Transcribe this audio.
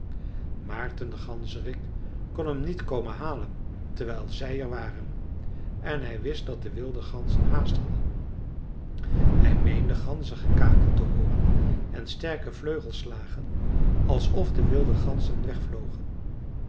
maarten de ganzerik kon hem niet komen halen terwijl zij er waren en hij wist dat de wilde ganzen haast hadden hij meende ganzengekakel te hooren en sterke vleugelslagen alsof de wilde ganzen wegvlogen